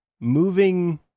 moving